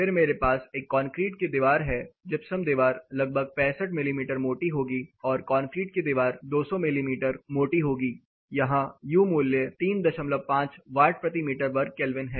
फिर मेरे पास एक कंक्रीट की दीवार है जिप्सम दीवार लगभग 65 मिमी मोटी होगी और कंक्रीट की दीवार 200 मिमी मोटी है यहां U मूल्य 35 वाट प्रति मीटर वर्ग केल्विन है